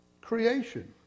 Creation